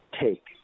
take